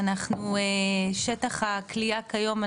שטח הכליאה כיום,